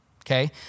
okay